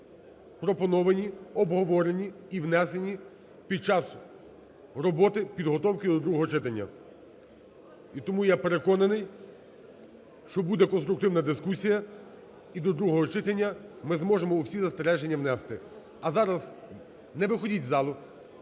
пропоновані, обговорені і внесені під час роботи, підготовки до другого читання. І тому я переконаний, що буде конструктивна дискусія, і до другого читання ми зможемо всі застереження внести. А зараз… Не виходьте з залу!